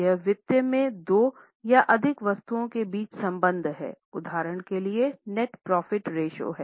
यह वित्तीय में दो या अधिक वस्तुओं के बीच संबंध है उदाहरण के लिए नेट प्रॉफिट रेश्यो है